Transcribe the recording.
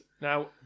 now